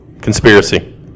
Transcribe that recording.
Conspiracy